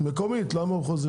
מקומית, למה מחוזית?